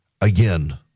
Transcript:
Again